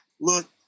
Look